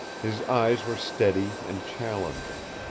his eyes were steady and challenging.